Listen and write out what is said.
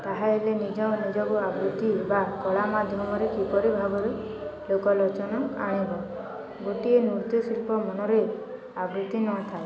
ତାହା ହେଲେ ନିଜ ନିଜକୁ ଆବୃତ୍ତି ହେବା କଳା ମାଧ୍ୟମରେ କିପରି ଭାବରେ ଲୋକଲୋଚନ ଆଣିବ ଗୋଟିଏ ନୃତ୍ୟଶିଳ୍ପୀ ମନରେ ଆବୃତ୍ତି ନଥାଏ